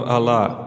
Allah